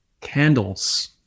candles